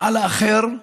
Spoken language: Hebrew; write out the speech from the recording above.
על האחר?